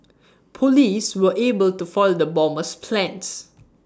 Police were able to foil the bomber's plans